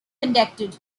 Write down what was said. conducted